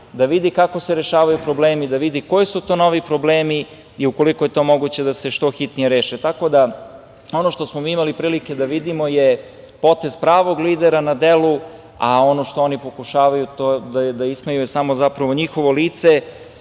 da vidi kako se rešavaju problemi, da vidi koji su to novi problemi i, ukoliko je to moguće, da se što hitnije reše, tako da ono što smo mi imali prilike da vidimo je potez pravog lidera na delu, a ono što oni pokušavaju to je da ismeju. To je zapravo njihovo lice